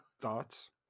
thoughts